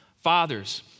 Fathers